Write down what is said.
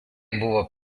buvo